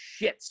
shits